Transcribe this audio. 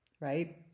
right